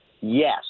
Yes